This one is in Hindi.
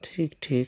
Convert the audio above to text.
ठीक ठीक